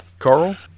Carl